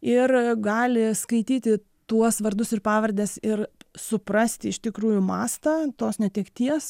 ir gali skaityti tuos vardus ir pavardes ir suprasti iš tikrųjų mastą tos netekties